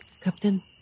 Captain